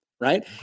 Right